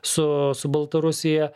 su su baltarusija